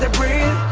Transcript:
rain